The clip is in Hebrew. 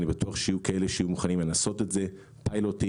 אני בטוח שיהיו כאלה שיהיו מוכנים לנסות אותם וללכת לפיילוט.